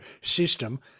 system